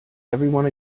everyone